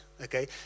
Okay